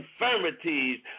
infirmities